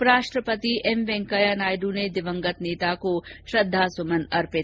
उपराष्ट्रपति एम वेंकैया नायडू ने दिवंगत नेता को श्रद्वांजलि दी